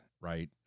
right